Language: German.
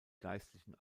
geistlichen